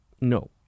No